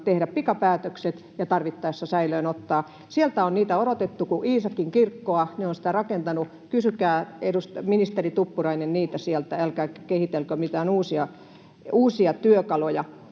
tehdä pikapäätökset ja tarvittaessa säilöönottaa. Sieltä on niitä odotettu kuin Iisakinkirkkoa, ne ovat sitä rakentaneet. Kysykää, ministeri Tuppurainen, niitä sieltä älkääkä kehitelkö mitään uusia työkaluja.